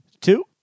two